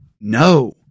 No